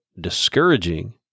discouraging